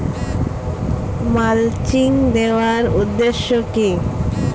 Mulching দেওয়ার উদ্দেশ্য কি?